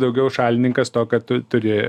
daugiau šalininkas to kad tu turi